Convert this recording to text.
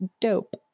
dope